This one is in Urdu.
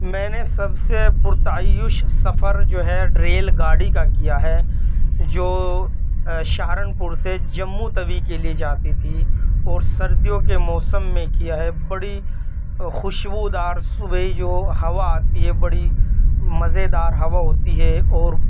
میں نے سب سے پرتعیش سفر جو ہے ریل گاڑی کا کیا ہے جو سہارنپور سے جموں توی کے لیے جاتی تھی اور سردیوں کے موسم میں کیا ہے بڑی خوشبودار صبح ہی جو ہوا آتی ہے بڑی مزے دار ہوا ہوتی ہے اور